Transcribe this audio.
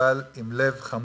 אבל עם לב חמוץ,